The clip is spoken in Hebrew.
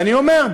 ואני אומר,